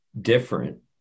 different